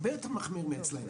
הרבה יותר מחמיר מאשר אצלנו.